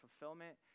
fulfillment